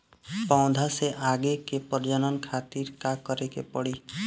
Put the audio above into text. पौधा से आगे के प्रजनन खातिर का करे के पड़ी?